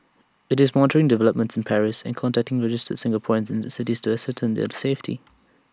it's monitoring developments in Paris and contacting registered Singaporeans in the city to ascertain their safety